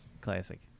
Classic